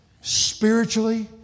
spiritually